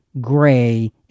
gray